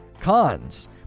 Cons